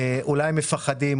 אולי מפחדים,